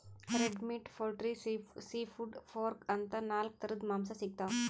red meat, poultry, seafood, pork ಅಂತಾ ನಾಲ್ಕ್ ಥರದ್ ಮಾಂಸಾ ಸಿಗ್ತವ್